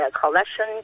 collection